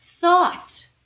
thought